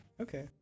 Okay